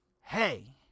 Hey